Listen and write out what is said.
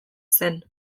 zen